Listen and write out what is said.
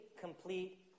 complete